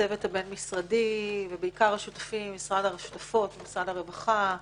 לצוות הבין-משרדי ובעיקר את השותפות ממשרד הרווחה,